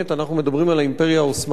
אנחנו מדברים על האימפריה העות'מאנית,